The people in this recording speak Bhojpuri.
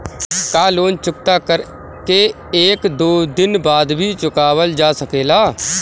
का लोन चुकता कर के एक दो दिन बाद भी चुकावल जा सकेला?